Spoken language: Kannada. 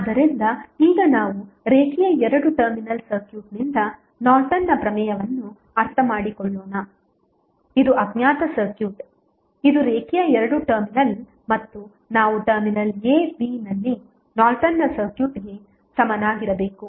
ಆದ್ದರಿಂದ ಈಗ ನಾವು ರೇಖೀಯ ಎರಡು ಟರ್ಮಿನಲ್ ಸರ್ಕ್ಯೂಟ್ನಿಂದ ನಾರ್ಟನ್ನ ಪ್ರಮೇಯವನ್ನು ಅರ್ಥಮಾಡಿಕೊಳ್ಳೋಣ ಇದು ಅಜ್ಞಾತ ಸರ್ಕ್ಯೂಟ್ ಇದು ರೇಖೀಯ ಎರಡು ಟರ್ಮಿನಲ್ ಮತ್ತು ನಾವು ಟರ್ಮಿನಲ್ ab ನಲ್ಲಿ ನಾರ್ಟನ್ನ ಸರ್ಕ್ಯೂಟ್ಗೆ ಸಮನಾಗಿರಬೇಕು